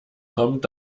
kommt